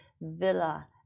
villa